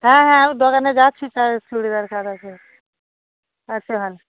হ্যাঁ হ্যাঁ আমি দোকানে যাচ্ছি চুড়িদার কাটাতে আচ্ছা ভাল